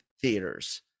Theaters